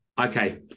Okay